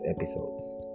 episodes